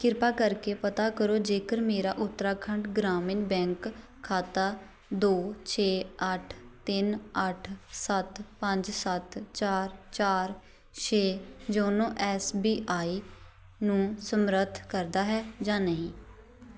ਕਿਰਪਾ ਕਰਕੇ ਪਤਾ ਕਰੋ ਜੇਕਰ ਮੇਰਾ ਉੱਤਰਾਖੰਡ ਗ੍ਰਾਮੀਣ ਬੈਂਕ ਖਾਤਾ ਦੋ ਛੇ ਅੱਠ ਤਿੰਨ ਅੱਠ ਸੱਤ ਪੰਜ ਸੱਤ ਚਾਰ ਚਾਰ ਛੇ ਜੋਨੋ ਐਸ ਬੀ ਆਈ ਨੂੰ ਸਮਰੱਥ ਕਰਦਾ ਹੈ ਜਾਂ ਨਹੀਂ